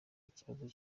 ikibazo